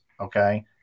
Okay